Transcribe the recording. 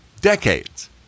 decades